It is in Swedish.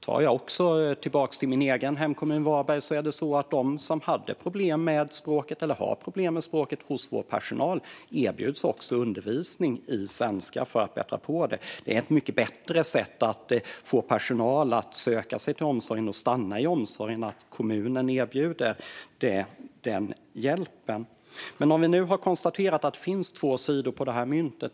För att gå tillbaka till min egen hemkommun Varberg erbjuds där de i personalen som har problem med språket undervisning i svenska för att bättra på den. Det är ett mycket bättre sätt att få personal att söka sig till omsorgen och stanna i omsorgen att kommunen erbjuder den hjälpen. Vi har nu konstaterat att det finns två sidor av myntet.